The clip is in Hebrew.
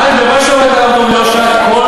במה את שומעת לרב דב ליאור,